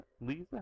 Lisa